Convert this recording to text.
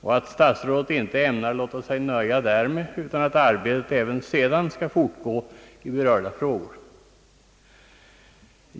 och att statsrådet inte ämnar låta sig nöja därmed, utan att arbetet även sedan skall fortgå i berörda frågor.